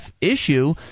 issue